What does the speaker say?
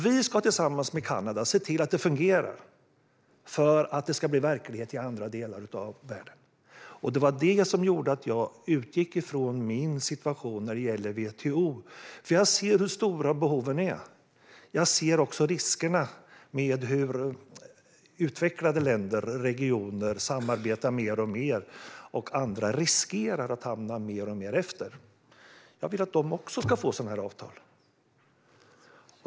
Vi ska tillsammans med Kanada se till att det fungerar, för att det ska bli verklighet i andra delar av världen. Det var detta som gjorde att jag utgick från min situation när det gäller WTO. Jag ser hur stora behoven är. Jag ser också riskerna med att utvecklade länder och regioner samarbetar mer och mer medan andra riskerar att hamna allt längre efter. Jag vill att de också ska få sådana här avtal.